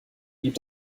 blieb